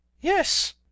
Yes